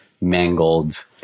mangled